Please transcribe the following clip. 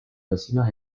vecinos